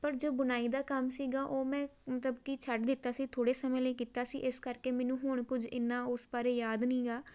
ਪਰ ਜੋ ਬੁਣਾਈ ਦਾ ਕੰਮ ਸੀਗਾ ਉਹ ਮੈਂ ਮਤਲਬ ਕਿ ਛੱਡ ਦਿੱਤਾ ਸੀ ਥੋੜ੍ਹੇ ਸਮੇਂ ਲਈ ਕੀਤਾ ਸੀ ਇਸ ਕਰਕੇ ਮੈਨੂੰ ਹੁਣ ਕੁਝ ਇੰਨਾ ਉਸ ਬਾਰੇ ਯਾਦ ਨੀਗਾ